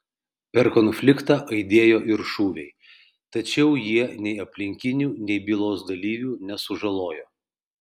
per konfliktą aidėjo ir šūviai tačiau jie nei aplinkinių nei bylos dalyvių nesužalojo